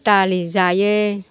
दालि जायो